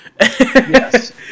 yes